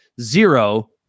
zero